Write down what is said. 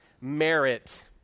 merit